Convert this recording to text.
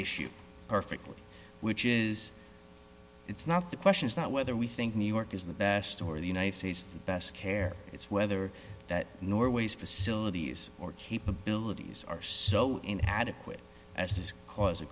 issue perfectly which is it's not the question is not whether we think new york is the best or the united states the best care it's whether that norway's facilities or capabilities are so in adequate as to cause a